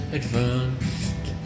advanced